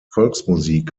volksmusik